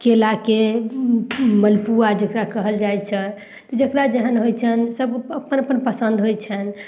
केलाके मालपुआ जकरा कहल जाइ छै जकरा जेहन होइ छनि सभ अपन अपन पसन्द होइ छनि